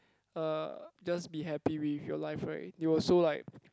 uh just be happy with your life right you also like